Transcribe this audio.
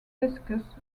discus